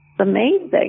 amazing